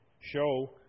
show